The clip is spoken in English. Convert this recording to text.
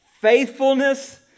faithfulness